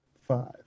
Five